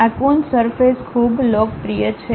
આ Coons surface ખૂબ લોકપ્રિય છે